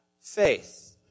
faith